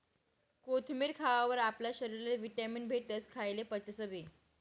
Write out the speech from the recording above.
कोथमेर खावावर आपला शरीरले व्हिटॅमीन भेटस, खायेल पचसबी